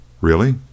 Really